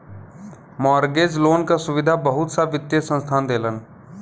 mortgage loan क सुविधा बहुत सा वित्तीय संस्थान देलन